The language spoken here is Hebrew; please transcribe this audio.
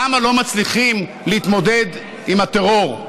למה לא מצליחים להתמודד עם הטרור: